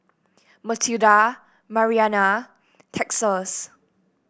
Matilda Mariana Texas